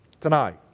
tonight